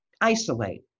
isolate